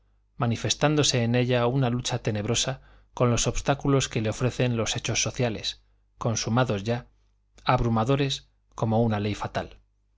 manifestándose en ella una lucha tenebrosa con los obstáculos que le ofrecen los hechos sociales consumados ya abrumadores como una ley fatal